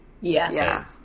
Yes